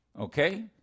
Okay